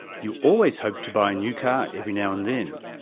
you always hoped to buy a new car every now and then,